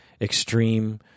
extreme